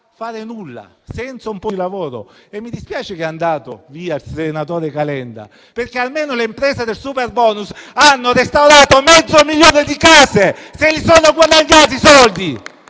fare nulla, senza un po' di lavoro. Mi dispiace che sia andato via il senatore Calenda, perché almeno le imprese del superbonus hanno restaurato mezzo milione di case. Se li sono guadagnati i soldi